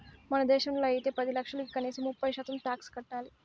మన దేశంలో అయితే పది లక్షలకి కనీసం ముప్పై శాతం టాక్స్ కట్టాలి